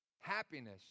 happiness